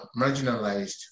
marginalized